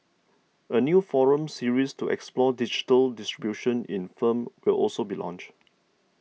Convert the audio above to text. a new forum series to explore digital distribution in firm will also be launched